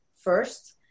first